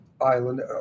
island